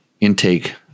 intake